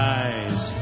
eyes